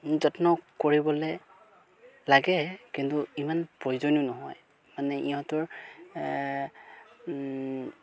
যত্ন কৰিবলৈ লাগে কিন্তু ইমান প্ৰয়োজনো নহয় মানে ইহঁতৰ